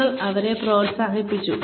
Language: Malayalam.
നിങ്ങൾ അവരെ പ്രോത്സാഹിപ്പിച്ചു